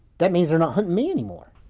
that means they're not hunting me anymore.